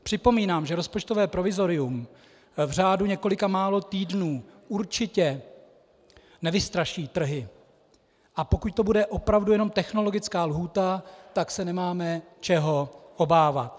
Připomínám, že rozpočtové provizorium v řádu několika málo týdnů určitě nevystraší trhy, a pokud to bude opravdu jenom technologická lhůta, tak se nemáme čeho obávat.